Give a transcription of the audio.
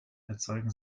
erzeugen